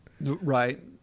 Right